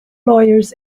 lawyers